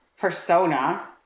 persona